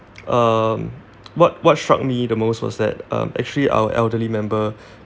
um what what shocked me the most was that um actually our elderly member